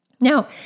Now